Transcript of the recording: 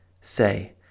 say